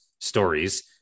stories